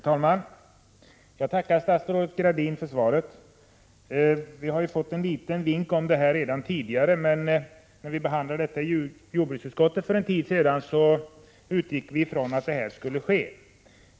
Herr talman! Jag tackar statsrådet Gradin för svaret. Vi har fått en liten vink om utvecklingen av det här ärendet redan tidigare. Men när vi för en tid sedan behandlade frågan i jordbruksutskottet utgick vi ifrån att regeringen skulle fatta beslut om ikraftträdandet.